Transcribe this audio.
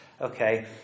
Okay